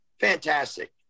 fantastic